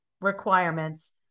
requirements